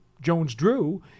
Jones-Drew